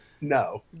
no